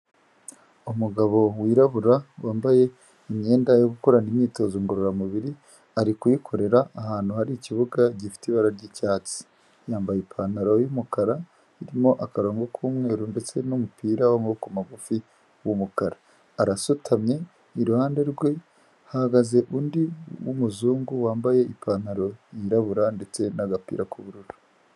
Umugabo wirabura wambaye imyenda yo gukorana imyitozo ngororamubiri ari kuyikorera ahantu hari ikibuga gifite ibara ry'icyatsi, yambaye ipantaro y'umukara, irimo akarongo k'umweru ndetse n'umupira w'amaboko magufi w'umukara, arasutamye iruhande rwe, hahagaze undi w'umuzungu wambaye ipantaro y'irabura ndetse n'agapira k'ubururu.